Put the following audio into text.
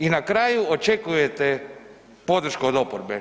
I na kraju očekujete podršku od oporbe.